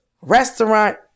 restaurant